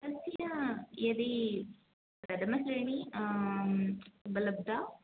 तस्य यदि प्रथमश्रेणी उपलब्धा